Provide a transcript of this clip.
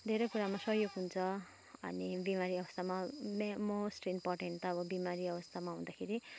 धेरै कुरामा सहयोग हुन्छ अनि बिमारी अवस्थामा मे मोस्ट इम्पोर्टेन्ट त अब बिमारी अवस्थामा हुँदाखेरि